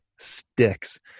sticks